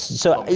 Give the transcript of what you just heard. so,